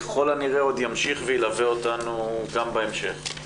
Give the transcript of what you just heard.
ככל הנראה ימשיך וילווה אותנו גם בהמשך.